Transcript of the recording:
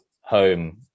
home